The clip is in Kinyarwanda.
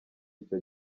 icyo